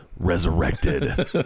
Resurrected